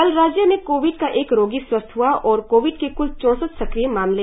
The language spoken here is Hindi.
कल राज्य में कोविड का एक रोगी स्वस्थ हआ और कोविड के क्ल चौसठ सक्रिय मामले है